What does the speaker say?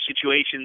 situations